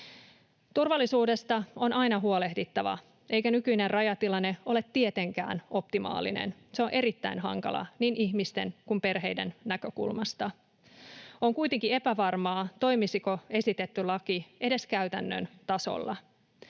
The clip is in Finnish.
Turvallisuudesta on aina huolehdittava, eikä nykyinen rajatilanne ole tietenkään optimaalinen. Se on erittäin hankala niin ihmisten kuin perheiden näkökulmasta. On kuitenkin epävarmaa, toimisiko esitetty laki edes käytännön tasolla.